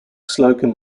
slocum